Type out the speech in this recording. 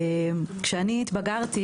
כשאני התבגרתי,